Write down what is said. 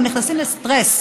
הם נכנסים לסטרס.